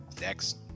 next